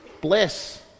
bless